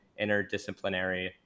interdisciplinary